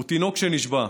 הוא תינוק שנשבה.